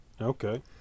Okay